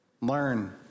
Learn